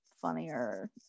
funnier